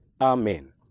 Amen